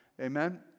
Amen